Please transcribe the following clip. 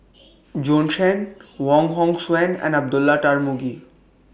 Bjorn Shen Wong Hong Suen and Abdullah Tarmugi